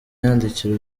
yandikira